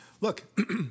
Look